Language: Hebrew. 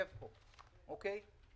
עבודה.